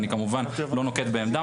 אני כמובן לא נוקט בעמדה.